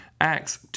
Acts